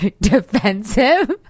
defensive